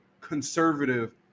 conservative